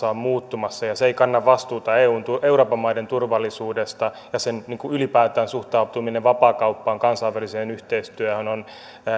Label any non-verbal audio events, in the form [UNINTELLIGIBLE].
[UNINTELLIGIBLE] on muuttumassa ja se ei kanna vastuuta euroopan maiden turvallisuudesta ja ylipäätään sen suhtautuminen vapaakauppaan kansainväliseen yhteistyöhön on